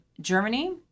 Germany